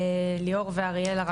ליאור ואריאלה,